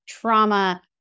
trauma